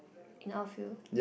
in out field